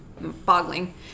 boggling